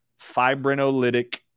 fibrinolytic